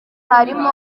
harimo